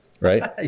right